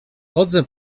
chodzę